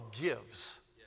gives